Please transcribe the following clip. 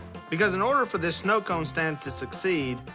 because in order for this snow cone stand to succeed,